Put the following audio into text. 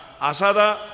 Asada